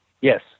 Yes